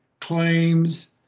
claims